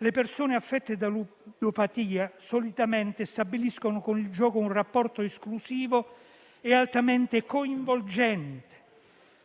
Le persone affette da ludopatia solitamente stabiliscono con il gioco un rapporto esclusivo e altamente coinvolgente.